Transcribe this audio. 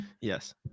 Yes